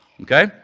Okay